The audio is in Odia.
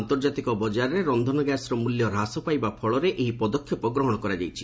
ଆନ୍ତର୍ଜାତିକ ବଜାରରେ ରନ୍ଧନ ଗ୍ୟାସ୍ର ମୂଲ୍ୟ ହ୍ରାସ ପାଇବା ଫଳରେ ଏହି ପଦକ୍ଷେପ ଗ୍ରହଣ କରାଯାଇଛି